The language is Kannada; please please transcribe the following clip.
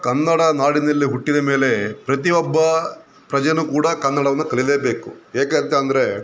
ಕನ್ನಡ ನಾಡಿನಲ್ಲಿ ಹುಟ್ಟಿದ ಮೇಲೆ ಪ್ರತಿಯೊಬ್ಬ ಪ್ರಜೆಯೂ ಕೂಡ ಕನ್ನಡವನ್ನು ಕಲಿಲೇಬೇಕು ಏಕೆ ಅಂತ ಅಂದರೆ